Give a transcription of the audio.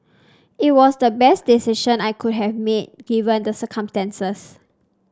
it was the best decision I could have made given the circumstances